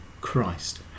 christ